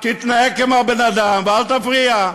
תתנהג כבן-אדם ואל תפריע.